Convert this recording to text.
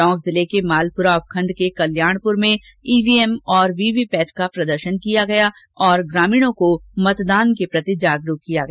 टोंक जिले के मालपुरा उपखंड के कलयाणपुर में ईवीएम वीवीपेट का प्रदर्शन किया गया और ग्रामीणों को मतदान के प्रति जागरूक किया गया